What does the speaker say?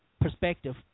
perspective